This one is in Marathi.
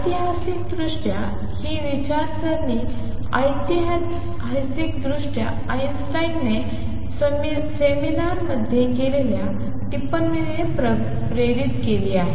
ऐतिहासिकदृष्ट्या ही विचारसरणी ऐतिहासिकदृष्ट्या आइन्स्टाईनने सेमिनारमध्ये केलेल्या टिप्पणीने प्रेरित झाली आहे